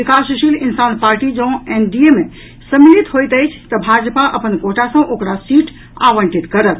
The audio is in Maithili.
विकासशील इंसान पार्टी जँऽ एनडीए मे सम्मिलित होयत अछि तऽ भाजपा अपन कोटा सँ ओकरा सीट आवंटित करत